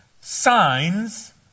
signs